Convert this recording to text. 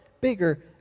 bigger